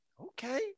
okay